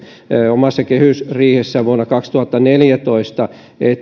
omassa kehysriihessään vuonna kaksituhattaneljätoista